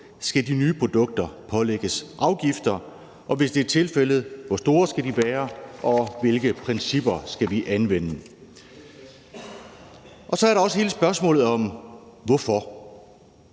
Skal de nye produkter pålægges afgifter? Og hvis det er tilfældet, hvor store skal de være, og hvilke principper skal vi anvende? Så er der også hele spørgsmålet om hvorfor.